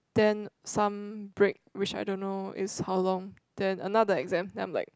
then some break which I don't know is how long then another exam then I'm like